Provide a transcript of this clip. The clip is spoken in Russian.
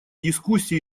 дискуссии